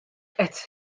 qed